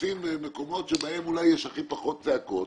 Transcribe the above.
מחפשים מקומות שבהם אולי יש הכי פחות צעקות,